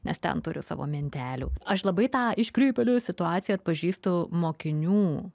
nes ten turiu savo mintelių aš labai tą iškrypėlis situaciją atpažįstu mokinių